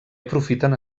aprofiten